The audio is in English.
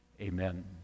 amen